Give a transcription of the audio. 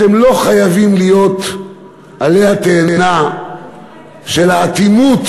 אתם לא חייבים להיות עלי התאנה של האטימות